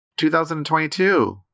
2022